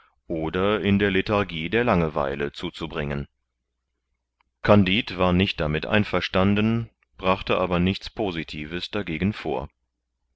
oder in der lethargie der langeweile zuzubringen kandid war nicht damit einverstanden brachte aber nichts positives dagegen vor